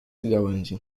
gałęzi